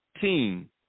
team